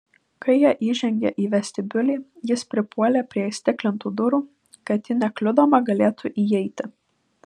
kai jie įžengė į vestibiulį jis pripuolė prie įstiklintų durų kad ji nekliudoma galėtų įeiti